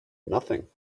nothing